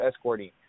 escorting